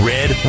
Red